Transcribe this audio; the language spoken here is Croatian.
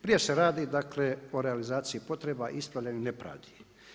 Prije se radi, dakle o realizaciji potreba i ispravljanju nepravdi.